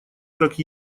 как